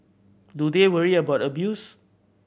do they worry about abuse